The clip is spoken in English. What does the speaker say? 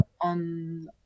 on